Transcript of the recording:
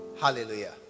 Hallelujah